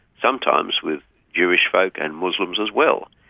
sometimes with jewish folk and muslims as well.